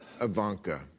Ivanka